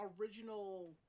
original